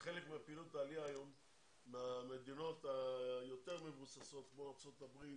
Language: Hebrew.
חלק מפעילות העלייה היום במדינות היותר מבוססות כמו ארצות-הברית,